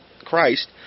Christ